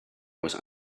was